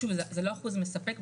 שוב זה לא אחוז מספק,